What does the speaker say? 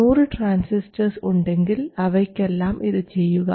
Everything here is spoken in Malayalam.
100 ട്രാൻസിസ്റ്റർസ് ഉണ്ടെങ്കിൽ അവയ്ക്കെല്ലാം ഇത് ചെയ്യുക